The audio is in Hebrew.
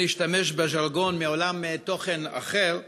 אם להשתמש בז'רגון מעולם תוכן אחר,